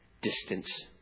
distance